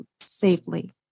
safely